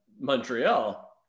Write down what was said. Montreal